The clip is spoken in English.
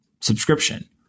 subscription